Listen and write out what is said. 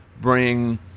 bring